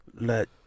let